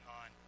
on